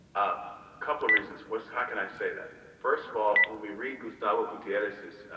a couple of reasons was how can i say that first of all when we read gustavo gutierrez's